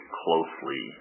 closely